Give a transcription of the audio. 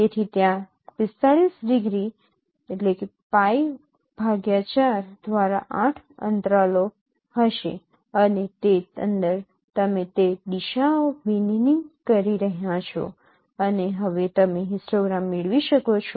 તેથી ત્યાં 45 ડિગ્રી π4 દ્વારા આઠ અંતરાલો હશે અને તે અંદર તમે તે દિશાઓ બીનનીંગ કરી રહ્યાં છો અને હવે તમે હિસ્ટોગ્રામ મેળવી શકો છો